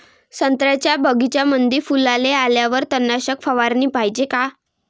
संत्र्याच्या बगीच्यामंदी फुलाले आल्यावर तननाशक फवाराले पायजे का?